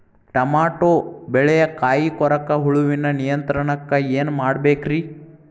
Tomato ಬೆಳೆಯ ಕಾಯಿ ಕೊರಕ ಹುಳುವಿನ ನಿಯಂತ್ರಣಕ್ಕ ಏನ್ ಮಾಡಬೇಕ್ರಿ?